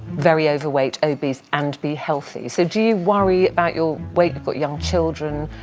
very overweight, obese and be healthy. so do you worry about your weight? you've got young children.